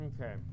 Okay